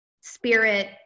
spirit